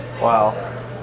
wow